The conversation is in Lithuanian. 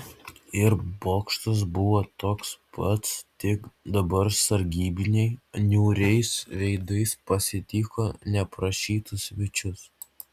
ir bokštas buvo toks pats tik dabar sargybiniai niūriais veidais pasitiko neprašytus svečius